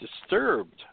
disturbed